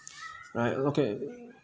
right okay